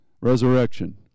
Resurrection